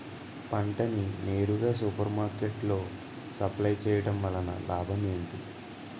పంట ని నేరుగా సూపర్ మార్కెట్ లో సప్లై చేయటం వలన లాభం ఏంటి?